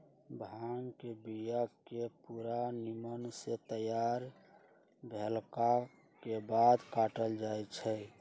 भांग के बिया के पूरा निम्मन से तैयार भेलाके बाद काटल जाइ छै